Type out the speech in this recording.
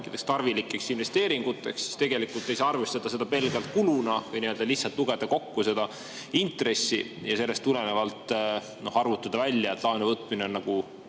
mingiteks tarvilikeks investeeringuteks, siis tegelikult ei saa arvestada seda pelgalt kuluna või lihtsalt lugeda kokku seda intressi ja sellest tulenevalt arvutada välja, et laenu võtmine on juba